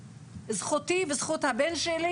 זכותי וזכות הבן שלי